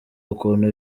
ukuntu